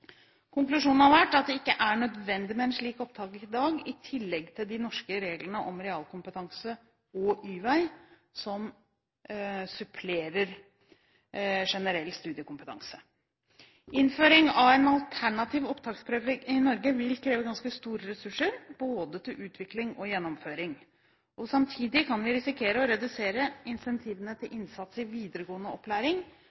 Konklusjonen har vært at det i dag ikke er nødvendig med en slik opptaksprøve i tillegg til de norske reglene om realkompetanse og Y-vei, som supplerer generell studiekompetanse. Innføring av en alternativ opptaksprøve i Norge vil kreve ganske store ressurser, både til utvikling og til gjennomføring. Samtidig kan vi risikere å redusere incentivene til